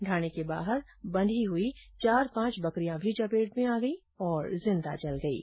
ढाणी के बाहर बंधी चार पांच बकरियां भी चपेट में आ गई और जिंदा जल गईं